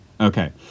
Okay